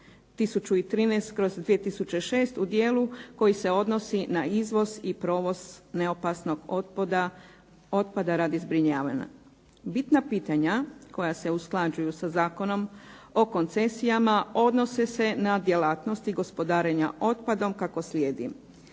1013/2006 u dijelu koji se odnosi na izvoz i provoz neopasnog otpada radi zbrinjavanja. Bitna pitanja koja se usklađuju sa Zakonom o koncesijama odnose se na djelatnosti gospodarenja otpadom kako slijedi.